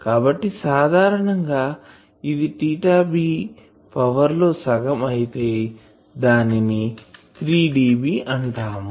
కాబట్టి సాధారణంగా ఇది b పవర్ లో సగం అయితే దానిని 3dB అంటాము